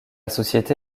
société